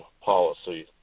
policy